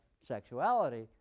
sexuality